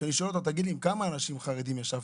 כשאני שואל אותם עם כמה אנשים חרדים הם ישבו,